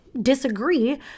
disagree